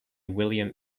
william